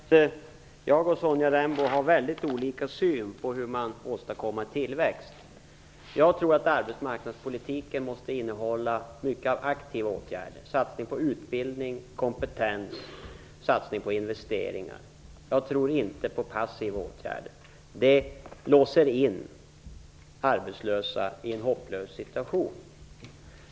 Fru talman! Låt mig först konstatera att Sonja Rembo och jag har väldigt olika syn på hur man åstadkommer tillväxt. Jag tror att arbetsmarknadspolitiken måste innehålla många aktiva åtgärder, t.ex. satsningar på utbildning, kompetens och investeringar. Jag tror inte på passiva åtgärder. Det låser in de arbetslösa i en hopplös situation.